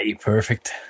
perfect